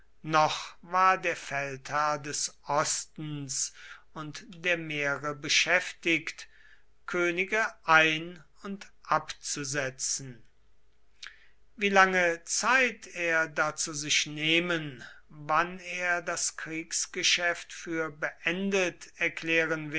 noch war der feldherr des ostens und der meere beschäftigt könige ein und abzusetzen wielange zeit er dazu sich nehmen wann er das kriegsgeschäft für beendet erklären